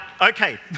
okay